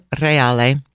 Reale